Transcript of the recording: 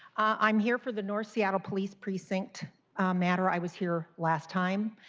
i'm here for the north seattle police precinct matter. i was here last time.